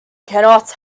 cannot